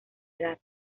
edad